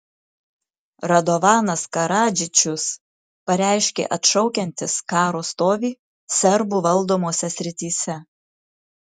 radovanas karadžičius pareiškė atšaukiantis karo stovį serbų valdomose srityse